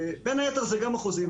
ובין היתר זה גם החוזים.